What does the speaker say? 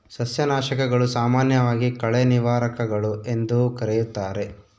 ಸಸ್ಯನಾಶಕಗಳು, ಸಾಮಾನ್ಯವಾಗಿ ಕಳೆ ನಿವಾರಕಗಳು ಎಂದೂ ಕರೆಯುತ್ತಾರೆ